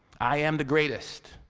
i am the greatest!